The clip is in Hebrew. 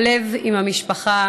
הלב עם המשפחה,